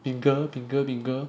明哥明哥明哥